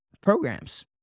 programs